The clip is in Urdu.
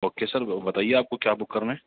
اوکے سر بتائیے آپ کو کیا بک کرنا ہے